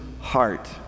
heart